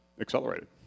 accelerated